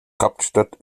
kapstadt